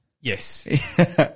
Yes